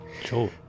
Sure